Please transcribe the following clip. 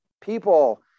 People